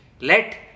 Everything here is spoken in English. let